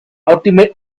ultimate